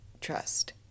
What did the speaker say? trust